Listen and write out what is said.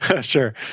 Sure